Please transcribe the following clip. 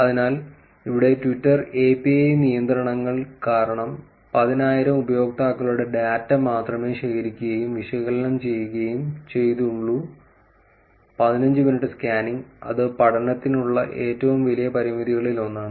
അതിനാൽ ഇവിടെ Twitter API നിയന്ത്രണങ്ങൾ കാരണം പതിനായിരം ഉപയോക്താക്കളുടെ ഡാറ്റ മാത്രമേ ശേഖരിക്കുകയും വിശകലനം ചെയ്യുകയും ചെയ്തുള്ള പതിനഞ്ചു മിനിറ്റ് സ്കാനിംഗ് അത് പഠനത്തിനുള്ള ഏറ്റവും വലിയ പരിമിതികളിൽ ഒന്നാണ്